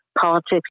politics